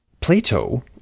Plato